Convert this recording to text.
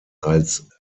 als